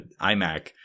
iMac